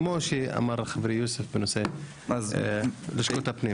כמו שאמר חברי יוסף, בנושא לשכות הפנים.